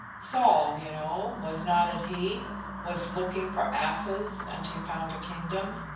saul, you know was not it he was looking for asses and he found a kingdom.